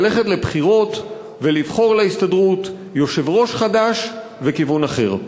ללכת לבחירות ולבחור להסתדרות יושב-ראש חדש וכיוון אחר.